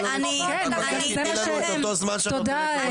גם לא -- אבקש שתתני לנו את אותו זמן שאת נותנת לראש העירייה.